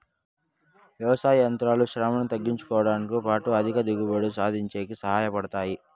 వ్యవసాయ యంత్రాలు శ్రమను తగ్గించుడంతో పాటు అధిక దిగుబడులు సాధించేకి సహాయ పడతాయి